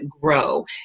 grow